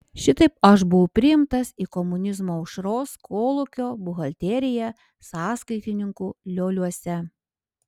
šitaip aš buvau priimtas į komunizmo aušros kolūkio buhalteriją sąskaitininku lioliuose